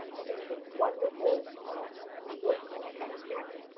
and they have a wonderful um resource called techcheck,